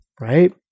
right